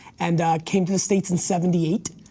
and came to the states in seventy eight,